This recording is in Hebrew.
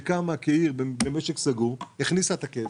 היא קמה כעיר במשק סגור, הכניסה את הכסף,